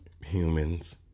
humans